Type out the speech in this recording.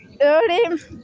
ᱟᱹᱣᱲᱤᱢ